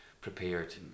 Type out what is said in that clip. prepared